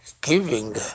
giving